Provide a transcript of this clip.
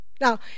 Now